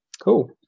cool